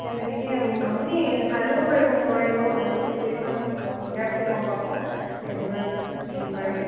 সেই তেনেকৈ আপুনি চাই ল'ব পাৰিব মই এনেয়ো দুদিনমান গ'লে আপুনি গম পাব কেনেকুৱা কি পাৰে